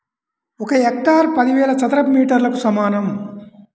ఒక హెక్టారు పదివేల చదరపు మీటర్లకు సమానం